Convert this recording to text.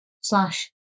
slash